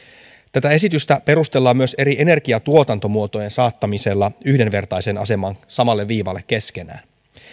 tätä esitystä perustellaan myös eri energiantuotantomuotojen saattamisella yhdenvertaiseen asemaan samalle viivalle keskenään